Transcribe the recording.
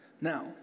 Now